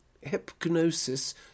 Hypnosis